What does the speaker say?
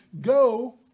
go